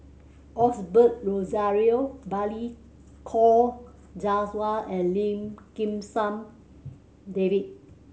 Osbert Rozario Balli Kaur Jaswal and Lim Kim San David